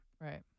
Right